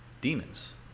Demons